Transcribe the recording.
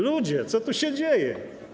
Ludzie, co tu się dzieje?